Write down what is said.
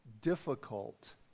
difficult